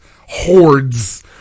hordes